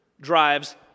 drives